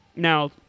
Now